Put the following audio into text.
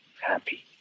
Happy